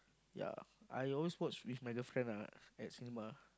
ya I always watch with my girlfriend ah at cinema